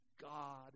God